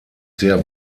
sehr